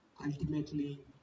Ultimately